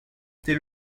tel